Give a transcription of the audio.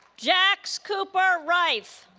jax cooper reiff